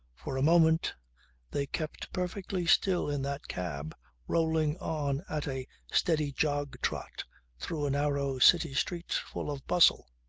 for a moment they kept perfectly still in that cab rolling on at a steady jog-trot through a narrow city street full of bustle.